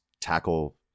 tackle